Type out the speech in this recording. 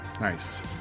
Nice